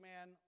man